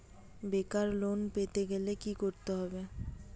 বেকার লোন পেতে গেলে কি করতে হবে?